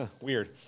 Weird